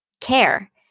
care